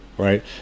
right